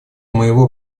моего